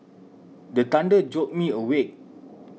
the thunder jolt me awake